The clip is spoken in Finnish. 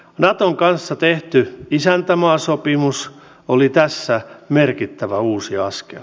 naton kanssa tehty isäntämaasopimus oli tässä merkittävä uusi askel